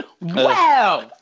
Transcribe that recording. Wow